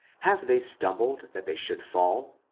have they stumbled that they should fall?